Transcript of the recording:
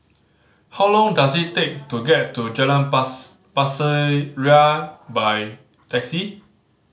how long does it take to get to Jalan Pasir Ria by taxi